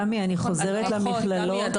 תמי, אני חוזרת למכללות.